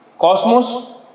Cosmos